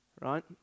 right